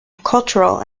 cultural